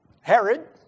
Herod